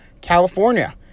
California